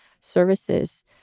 services